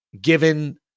Given